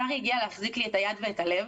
שרי הגיעה להחזיק לי את היד ואת הלב,